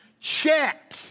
check